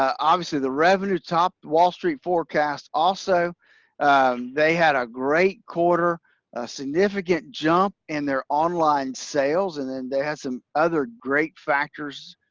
obviously the revenue topped wall street forecasts also they had a great quarter, a significant jump in their online sales and then they had some other great factors